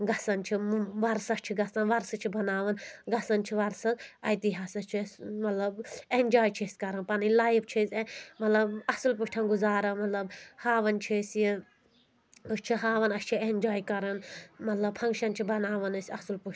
گژھان چھِ وَرثَس چھِ گژھان ورسہٕ چھِ بناوان گژھان چھِ ورسَس اَتے ہسا چھُ اَسہِ مطلب اؠنجاے چھِ أسۍ کَرَان پَنٕنۍ لایف چھِ أسۍ مطلب اصل پٲٹھۍ گُزاران مطلب ہاوَان چھِ أسۍ یہِ أسۍ چھِ ہاوان اَسہِ چھِ اؠنجاے کران مطلب پھنٛگشَن چھِ بناوان أسۍ اَصٕل پٲٹھۍ